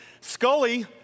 Scully